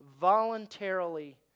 voluntarily